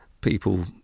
people